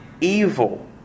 evil